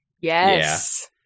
Yes